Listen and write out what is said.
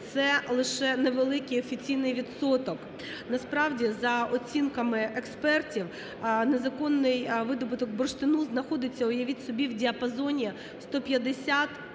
це лише невеликий офіційний відсоток. Насправді за оцінками експертів незаконний видобуток бурштину знаходиться – явіть собі! – в діапазоні 150-300